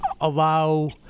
allow